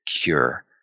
cure